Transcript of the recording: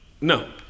no